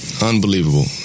unbelievable